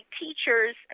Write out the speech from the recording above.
teachers